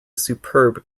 superb